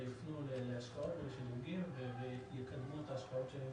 יופנו להשקעות ולשדרוגים ויקדמו את ההשקעות.